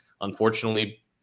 Unfortunately